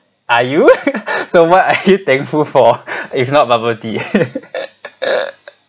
are you so what are you thankful for if not bubble tea